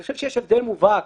חושב שיש הבדל מובהק